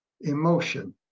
emotion